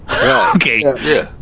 Okay